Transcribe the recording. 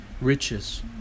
riches